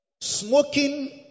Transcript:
smoking